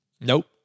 Nope